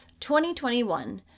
2021